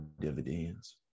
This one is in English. dividends